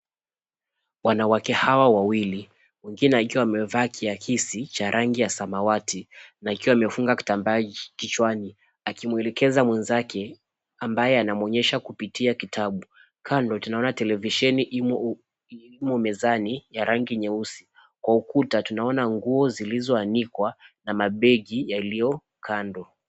Wanawake hawa wawili mwingine akiwa amevaa kiakisi cha rangi ya samawati na akiwa amefunga kitambaa kichwani akimuelekeza mwenzake ambaye anamuonyesha kupitia kitabu. Kando tunaona televisheni imo mezani ya rangi nyeusi. Kwa ukuta tunaona nguo zilizoanikwa na mabegi yaliyo kando.